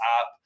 app